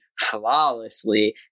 flawlessly